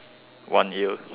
one here